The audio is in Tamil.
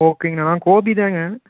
ஓகேங்கண்ணா அண்ணா கோபி தான்ங்க